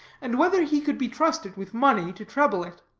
and whether he could be trusted with money to treble it.